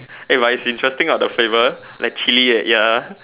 eh but it's interesting what the flavor like chili eh ya